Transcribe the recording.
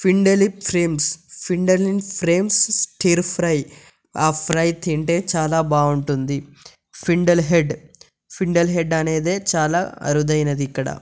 ఫిండలిన్ ఫ్రేమ్స్ ఫిండలిన్ ఫ్రేమ్స్ డీప్ ఫ్రై ఆ ఫ్రై తింటే చాలా బాగుంటుంది ఫిండల్ హెడ్ ఫిండల్ హెడ్ అనేదే చాలా అరుదైనది ఇక్కడ